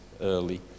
early